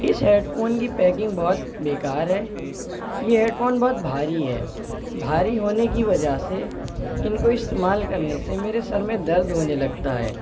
اس headphone کی packing بہت بے کار ہے، یہ ہیڈ فون بہت بھاری ہے، بھاری ہونے کی وجہ سے ان کو استعمال کرنے سے میرے سر میں درد ہونے لگتا ہے